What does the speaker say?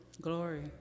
Glory